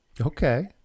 Okay